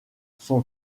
son